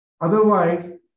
Otherwise